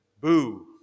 boo